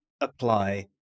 apply